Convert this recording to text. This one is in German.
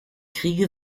kriege